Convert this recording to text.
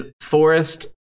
forest